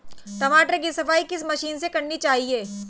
टमाटर की सफाई किस मशीन से करनी चाहिए?